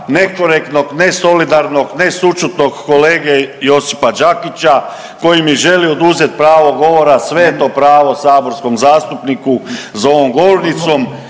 nekorektnog, nesolidarnog, ne sućutnog kolege Josipa Đakića koji mi želi oduzet pravo govora, sveto pravo saborskom zastupniku za ovom govornicom.